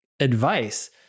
advice